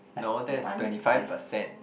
no that's twenty five percent